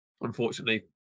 unfortunately